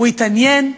הוא התעניין.